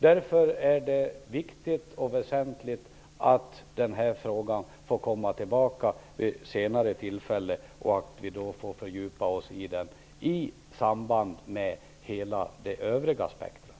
Därför är det viktigt att den här frågan får komma tillbaka vid ett senare tillfälle. Då får vi fördjupa oss i den i samband med hela det övriga spektrumet.